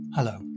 Hello